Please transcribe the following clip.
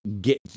get